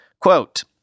Quote